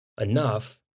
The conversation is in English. enough